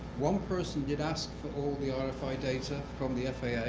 one person did ask for all the ah rfi data from the faa. yeah